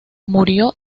murió